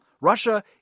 Russia